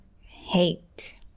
hate